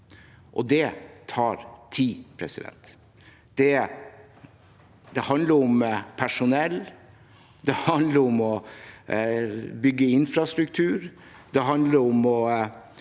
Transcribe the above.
Det tar tid. Det handler om personell, det handler om å bygge infrastruktur, og det handler om å